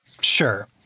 Sure